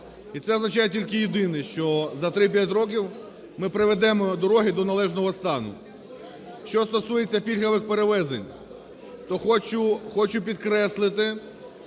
і це означає тільки єдине, що за 3-5 років ми приведемо дороги до належного стану. Що стосується пільгових перевезень, то хочу підкреслити,